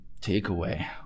takeaway